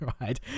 right